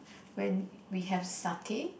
when we have satay